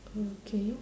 okay